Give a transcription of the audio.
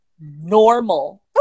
normal